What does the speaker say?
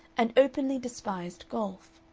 and openly despised golf.